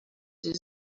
sie